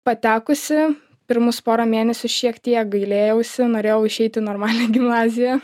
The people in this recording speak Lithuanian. patekusi pirmus porą mėnesių šiek tiek gailėjausi norėjau išeit į normalią gimnaziją